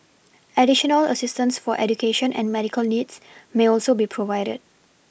additional assistance for education and medical needs may also be provided